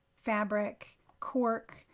fabric, cork,